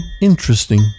interesting